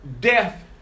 death